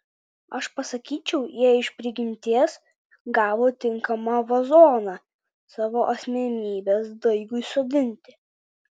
aš pasakyčiau jie iš prigimties gavo tinkamą vazoną savo asmenybės daigui sodinti